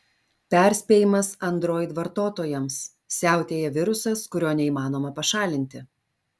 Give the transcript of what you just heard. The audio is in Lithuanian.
perspėjimas android vartotojams siautėja virusas kurio neįmanoma pašalinti